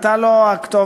אתה לא הכתובת,